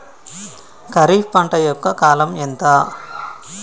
ఖరీఫ్ పంట యొక్క కాలం ఎంత?